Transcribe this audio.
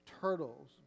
turtles